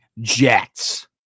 Jets